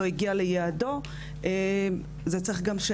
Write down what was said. לא הגיע לייעדו,